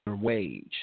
wage